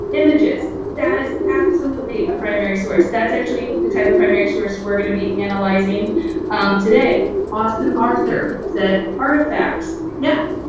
images, that is absolutely a primary source. that's actually the type of primary source we're gonna be analyzing today. austin arthur said artifacts. yeah,